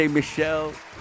michelle